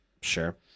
Sure